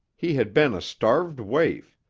he had been a starved waif,